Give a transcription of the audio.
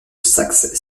saxe